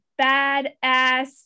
badass